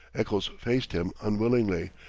eccles faced him unwillingly,